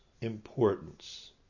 importance